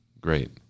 Great